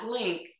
link